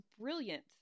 brilliant